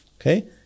Okay